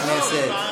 חברי הכנסת.